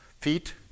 feet